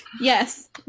Yes